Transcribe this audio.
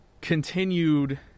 continued